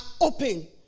open